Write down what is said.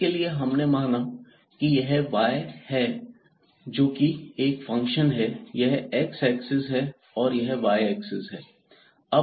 इसके लिए हमने माना कि यह y है जो कि एक फंक्शन है यह x एक्सिस है और यह y एक्सिस है